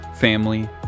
family